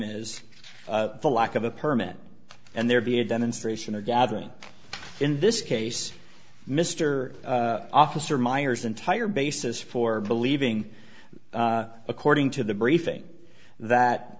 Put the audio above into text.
is the lack of a permit and there be a demonstration or gathering in this case mr officer myers entire basis for believing according to the briefing that